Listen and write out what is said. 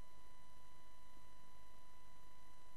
התעלומה הזאת, ולצערי